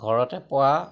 ঘৰতে পোৱা